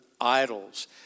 idols